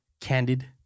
candid